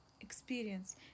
experience